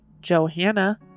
Johanna